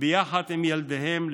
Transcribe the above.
ביחד עם ילדיהן,